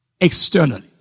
externally